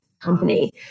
company